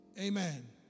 Amen